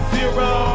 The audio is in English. Zero